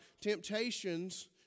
temptations